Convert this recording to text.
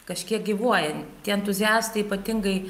kažkiek gyvuojan tie entuziastai ypatingai